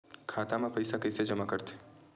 खाता म पईसा कइसे जमा करथे?